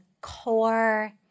core